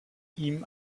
ihm